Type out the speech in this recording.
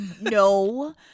No